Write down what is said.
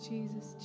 Jesus